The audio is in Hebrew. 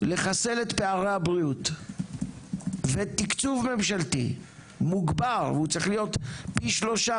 לחסל את פערי הבריאות ותקצוב ממשלתי מוגבר והוא צריך להיות פי שלושה,